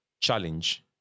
challenge